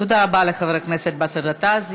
תודה רבה לחבר הכנסת באסל גטאס.